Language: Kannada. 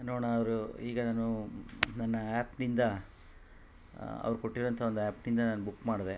ನೋಡಣ ಅವರು ಈಗ ನಾನು ನನ್ನ ಆ್ಯಪ್ನಿಂದ ಅವ್ರು ಕೊಟ್ಟಿರುವಂಥ ಒಂದು ಆ್ಯಪ್ನಿಂದ ನಾನು ಬುಕ್ ಮಾಡಿದೆ